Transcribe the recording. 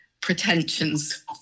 pretensions